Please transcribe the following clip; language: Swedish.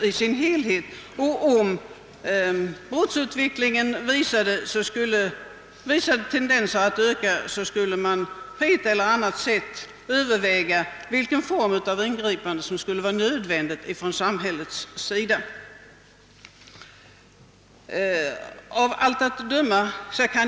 Om nämligen brottsutvecklingen visade tendens att öka, så skulle man på ett eller annat sätt överväga ingripanden från samhällets sida och formen för dessa.